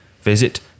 Visit